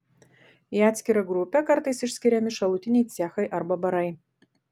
į atskirą grupę kartais išskiriami šalutiniai cechai arba barai